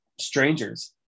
stranger's